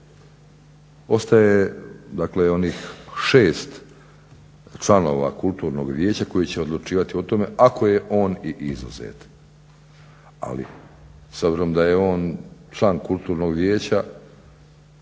dakle onih 6 članova kulturnog vijeća koji će odlučivati o tome ako je on i izuzet. Ali s obzirom da je on član kulturnog vijeća